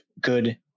good